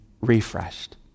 refreshed